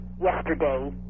yesterday